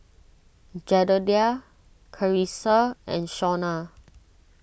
Jedediah Charissa and Shaunna